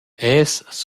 els